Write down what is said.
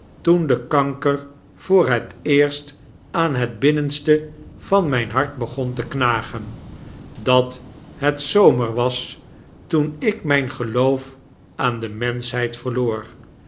toen de kanker voor net eerst aan het binnenste van myn hart begon te knagen dat het zomer was toen ik mjjn geloof aan de